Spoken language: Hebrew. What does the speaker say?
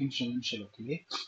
חלקים שונים של הכלי,